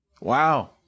Wow